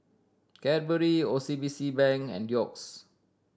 Cadbury O C B C Bank and Doux